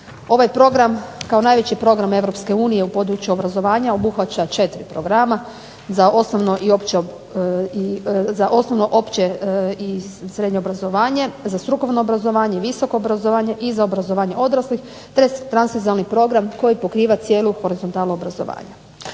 Ovaj program kao najveći program EU u području obrazovanja obuhvaća 4 programa za osnovno-opće i srednje obrazovanje, za strukovno obrazovanje, visoko obrazovanje i obrazovanje odraslih, te Transverzalni program koji pokriva cijelo horizontalno obrazovanje.